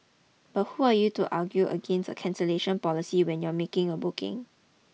but who are you to argue against a cancellation policy when you are making a booking